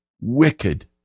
wicked